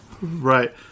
Right